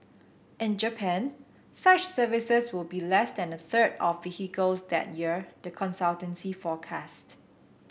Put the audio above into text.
in Japan such services will be less than a third of vehicles that year the consultancy forecasts